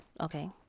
Okay